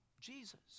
Jesus